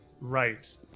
right